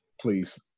Please